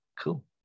cool